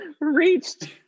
reached